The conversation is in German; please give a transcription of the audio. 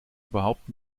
überhaupt